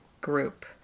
group